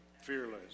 Fearless